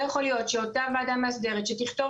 לא יכול להיות שאותה ועדה מהסדרת שתכתוב